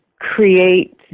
create